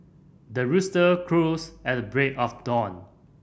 the rooster crows at the break of dawn